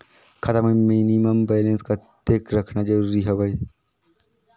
खाता मां minimum balance कतेक रखना जरूरी हवय?